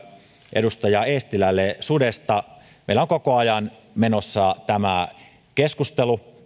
edustaja eestilälle sudesta meillä on koko ajan menossa tämä keskustelu